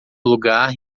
lugar